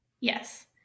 Yes